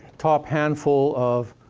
top handful of